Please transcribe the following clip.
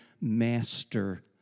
master